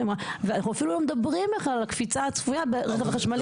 אנחנו אפילו לא מדברים בכלל על הקפיצה הצפויה ברווח החשמלי.